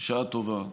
בשעה טובה.